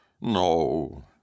No